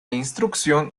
instrucción